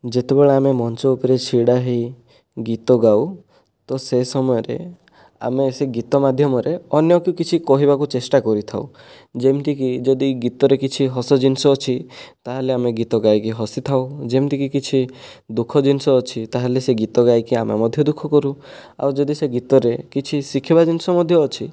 ଯେତେବେଳେ ଆମେ ମଞ୍ଚ ଉପରେ ଛିଡ଼ା ହେଇ ଗୀତ ଗାଉ ତ ସେ ସମୟରେ ଆମେ ସେ ଗୀତ ମାଧ୍ୟମରେ ଅନ୍ୟକୁ କିଛି କହିବାକୁ ଚେଷ୍ଟା କରିଥାଉ ଯେମିତିକି ଯଦି ଗୀତରେ କିଛି ହସ ଜିନିଷ ଅଛି ତା'ହେଲେ ଆମେ ଗୀତ ଗାଇକି ହସି ଥାଉ ଯେମିତି କି ଦୁଃଖ ଜିନିଷ ଅଛି ତା'ହେଲେ ସେ ଗୀତ ଗାଇକି ଆମେ ମଧ୍ୟ ଦୁଃଖ କରୁ ଆଉ ଯଦି ସେ ଗୀତରେ ଶିଖିବା ଜିନିଷ ମଧ୍ୟ ଅଛି